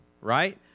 right